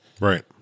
Right